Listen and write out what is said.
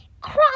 Cross